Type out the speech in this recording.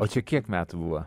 o čia kiek metų buvo